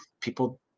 people